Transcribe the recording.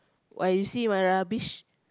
why you see my rubbish